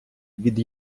від